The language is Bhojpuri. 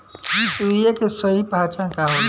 यूरिया के सही पहचान का होला?